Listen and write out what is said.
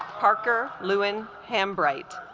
parker lewin pam bright